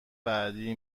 بعدی